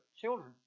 Children